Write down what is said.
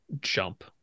jump